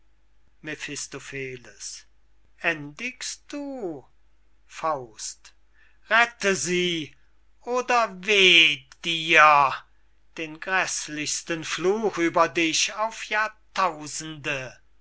mephistopheles endigst du rette sie oder weh dir den gräßlichsten fluch über dich auf jahrtausende